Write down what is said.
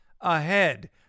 Ahead